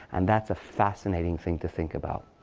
and that's a fascinating thing to think about.